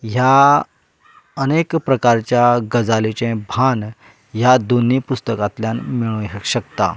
ह्या अनेक प्रकारच्या गजालेचें भान ह्या दोनी पुस्तकांतल्यान मेळूंक शकता